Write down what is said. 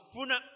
Funa